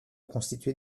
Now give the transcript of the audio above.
constituer